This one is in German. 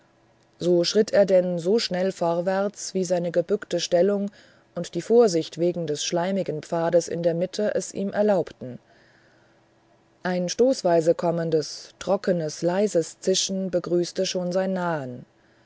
so schritt er denn so schnell vorwärts wie seine gebückte stellung und die vorsicht wegen des schleimigen pfades in der mitte es ihm erlaubten ein stoßweise kommendes trockenes heißes zischen begrüßte schon sein nahen